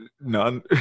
None